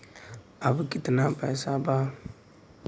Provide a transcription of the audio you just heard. अब कितना पैसा बा?